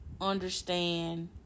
understand